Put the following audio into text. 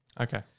Okay